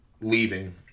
leaving